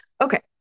okay